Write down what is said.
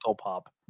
Pop